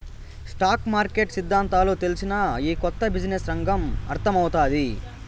stock market సిద్దాంతాలు తెల్సినా, ఈ కొత్త బిజినెస్ రంగం అర్థమౌతాది